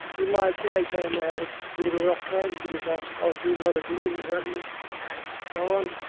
in my teenage time i had a bit of a rough time because um i was doing a lot of drinking and drugging and so on.